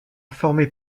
formé